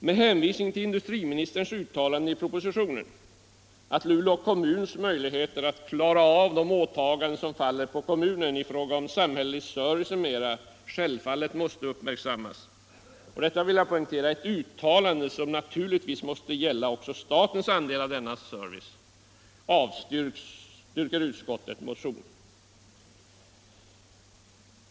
Med hänvisning till industriministerns uttalanden i propositionen, att Luleå kommuns möjlighet att klara de åtaganden som faller på kommunen i fråga om samhällelig service m.m. självfallet måste uppmärksammas — jag vill poängtera att det är ett uttalande som naturligtvis måste gälla också statens andel av denna service — avstyrker utskottet motionen.